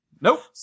Nope